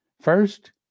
first